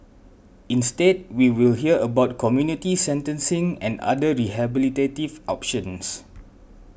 instead we will hear about community sentencing and other rehabilitative options